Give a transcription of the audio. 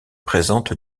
présente